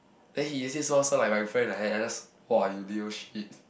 then he just say smile smile like my friend like that I just !wah! you little shit